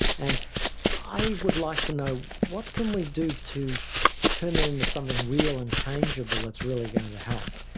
and i would like to know what can we do to turn that into something real and changeable that's really going to help.